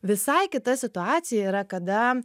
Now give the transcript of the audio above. visai kita situacija yra kada